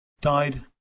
died